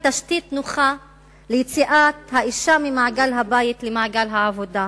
תשתית נוחה ליציאת האשה ממעגל הבית למעגל העבודה,